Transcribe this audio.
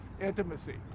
intimacy